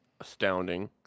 astounding